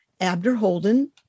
Abderholden